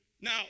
Now